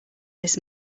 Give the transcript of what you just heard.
this